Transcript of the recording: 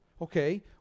Okay